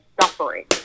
suffering